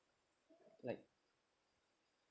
like